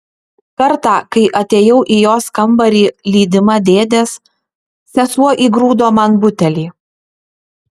kartą kai atėjau į jos kambarį lydima dėdės sesuo įgrūdo man butelį